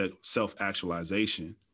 self-actualization